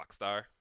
Rockstar